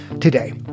Today